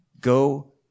go